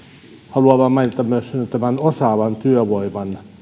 haluan vain mainita myös että osaavan työvoiman